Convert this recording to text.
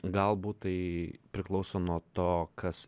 galbūt tai priklauso nuo to kas